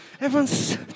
everyone's